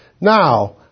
Now